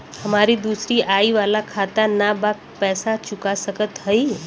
हमारी दूसरी आई वाला खाता ना बा पैसा चुका सकत हई?